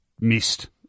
missed